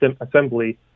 assembly